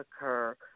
occur